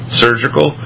surgical